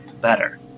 better